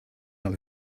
not